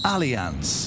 Alliance